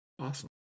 Awesome